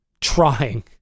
trying